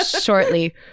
shortly